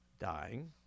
dying